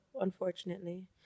unfortunately